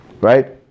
right